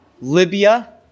Libya